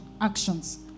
actions